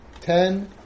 ten